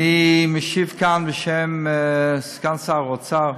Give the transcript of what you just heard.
אני משיב כאן בשם סגן שר האוצר,